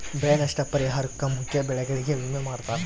ಬೆಳೆ ನಷ್ಟ ಪರಿಹಾರುಕ್ಕ ಮುಖ್ಯ ಬೆಳೆಗಳಿಗೆ ವಿಮೆ ಮಾಡ್ತಾರ